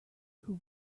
who